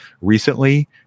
recently